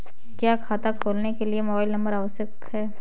क्या खाता खोलने के लिए मोबाइल नंबर होना आवश्यक है?